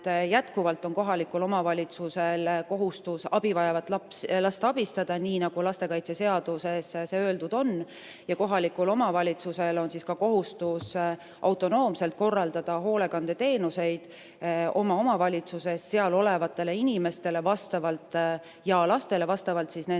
jätkuvalt on kohalikul omavalitsusel kohustus abivajavat last abistada, nii nagu lastekaitseseaduses öeldud on. Kohalikul omavalitsusel on ka kohustus autonoomselt korraldada hoolekandeteenuseid oma omavalitsuses seal olevatele inimestele ja lastele vastavalt nende